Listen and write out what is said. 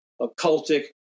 occultic